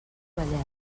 vallès